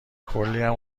کلیم